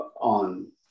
on